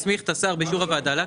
להסמיך את השר באישור הוועדה להקטין.